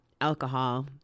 alcohol